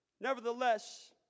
Nevertheless